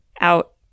out